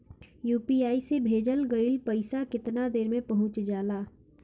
UPI से भेजल गईल पईसा कितना देर में पहुंच जाला?